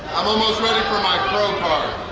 i'm almost ready for my pro card!